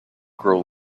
grow